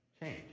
change